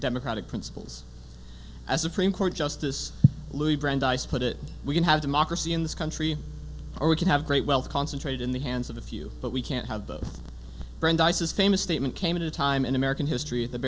democratic principles as supreme court justice louis brandeis put it we can have democracy in this country or we can have great wealth concentrated in the hands of a few but we can't have both brandeis is famous statement came at a time in american history at the